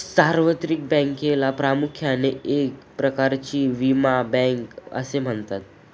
सार्वत्रिक बँकेला प्रामुख्याने एक प्रकारची विमा बँक असे म्हणतात